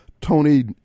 Tony